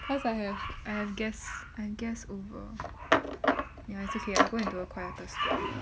cause I have I have guests I have guests over ya it's okay I go into a quieter spot